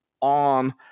on